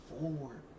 forward